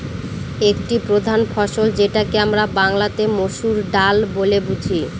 একটি প্রধান ফসল যেটাকে আমরা বাংলাতে মসুর ডাল বলে বুঝি